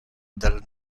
del